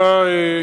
אדוני היושב-ראש,